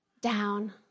down